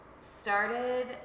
started